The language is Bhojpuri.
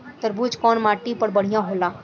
तरबूज कउन माटी पर बढ़ीया होला?